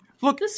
look